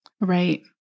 Right